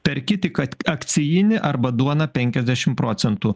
perki tik kad akcijinį arba duona penkiasdešimt procentų